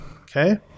Okay